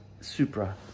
supra